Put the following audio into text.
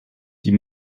die